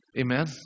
Amen